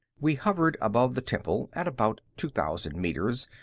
we hovered above the temple at about two thousand meters,